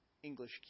English